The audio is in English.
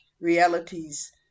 realities